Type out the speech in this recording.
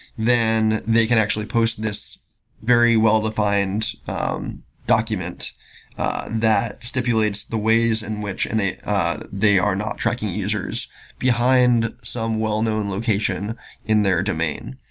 then they can actually post this very well-defined document that stipulates the ways in which and they ah they are not tracking users behind some well-known location in their domain,